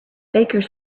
bakers